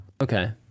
Okay